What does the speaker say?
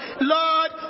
Lord